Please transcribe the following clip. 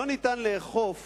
לא ניתן לאכוף